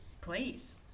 please